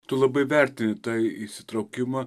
tu labai vertini tą įsitraukimą